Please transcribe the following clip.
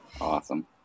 Awesome